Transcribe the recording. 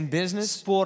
business